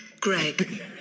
Greg